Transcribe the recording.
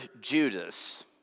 Judas